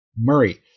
Murray